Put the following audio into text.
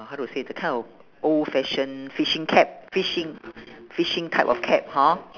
how to say the kind of old fashion fishing cap fishing fishing type of cap hor